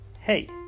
Hey